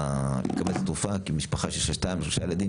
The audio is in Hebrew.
מקבלת התרופה כמשפחה שיש להם שתיים-שלושה ילדים,